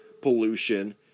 pollution